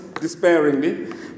despairingly